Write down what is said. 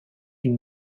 une